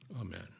Amen